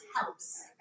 helps